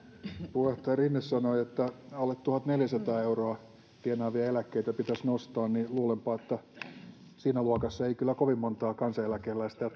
puheenjohtaja rinne sanoi että alle tuhatneljäsataa euroa tienaavien eläkkeitä pitäisi nostaa niin luulenpa että siinä luokassa ei kyllä kovin montaa kansaneläkeläistä ja